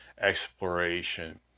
exploration